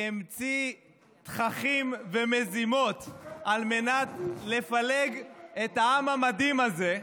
שהמציא תככים ומזימות על מנת לפלג את העם המדהים הזה,